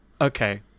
Okay